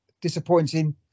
disappointing